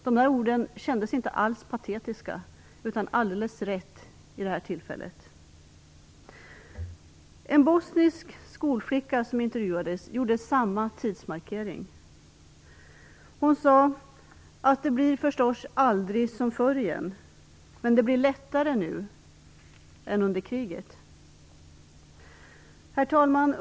Dessa ord kändes inte alls patetiska, utan det kändes alldeles rätt vid det här tillfället. En bosnisk skolflicka som intervjuades gjorde samma tidsmarkering. Hon sade att det förstås aldrig mer blir som förr, men att det blir lättare nu än under kriget. Herr talman!